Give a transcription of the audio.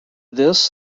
this